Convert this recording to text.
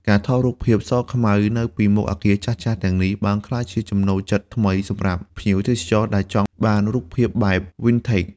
ការថតរូបភាពសខ្មៅនៅពីមុខអគារចាស់ៗទាំងនេះ បានក្លាយជាចំណូលចិត្តថ្មីសម្រាប់ភ្ញៀវទេសចរដែលចង់បានរូបភាពបែប "Vintage"។